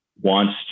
wants